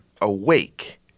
awake